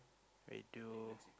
radio